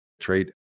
trade